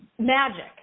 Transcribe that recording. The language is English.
magic